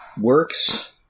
works